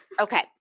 Okay